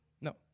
No